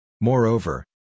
Moreover